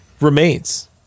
remains